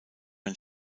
ein